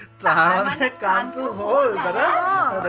da da and da